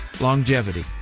longevity